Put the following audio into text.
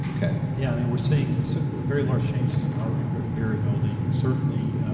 yeah and and we're seeing so very large changes in heart rate variability. certainly,